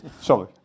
Sorry